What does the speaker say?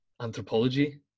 anthropology